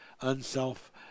unself